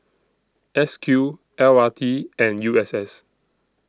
S Q L R T and U S S